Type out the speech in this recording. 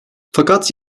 fakat